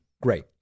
Great